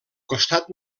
costat